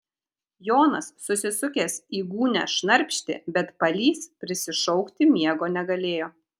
jonas susisukęs į gūnią šnarpštė bet palys prisišaukti miego negalėjo